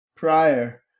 Prior